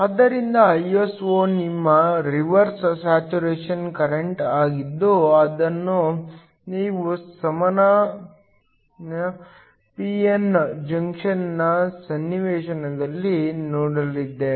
ಆದ್ದರಿಂದ Iso ನಿಮ್ಮ reverse saturation current ಆಗಿದ್ದು ಇದನ್ನು ನಾವು ಸಾಮಾನ್ಯ ಪಿ ಎನ್ ಜಂಕ್ಷನ್ನ ಸನ್ನಿವೇಶದಲ್ಲಿ ನೋಡಿದ್ದೇವೆ